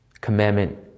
Commandment